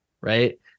right